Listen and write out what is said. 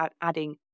adding